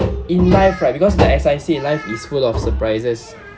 in life right because like I say life is full of surprises